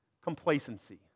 Complacency